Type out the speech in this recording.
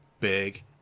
big